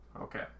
Okay